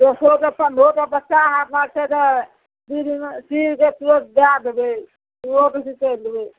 दसो गो पनरहो गो बच्चा हाथ लागतै तऽ दुइ दिनमे सीके तुरन्त दै देबै कि ओहो दुइ दिन करि लेबै